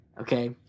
Okay